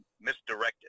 misdirected